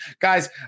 Guys